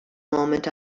moment